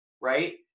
right